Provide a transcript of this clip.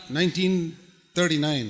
1939